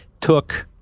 took